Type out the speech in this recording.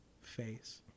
face